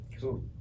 Cool